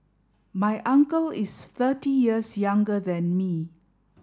my uncle is thirty years younger than me